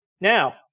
Now